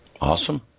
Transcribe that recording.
Awesome